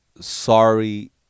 sorry